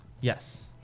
Yes